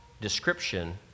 description